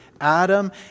Adam